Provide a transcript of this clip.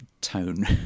tone